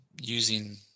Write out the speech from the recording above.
using